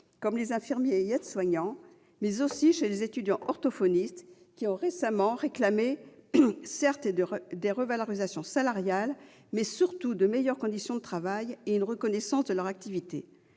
chez les infirmiers et les aides-soignants, mais aussi chez les étudiants orthophonistes, qui ont récemment réclamé certes des revalorisations salariales, mais surtout de meilleures conditions de travail et une reconnaissance de leur activité.